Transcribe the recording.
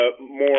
more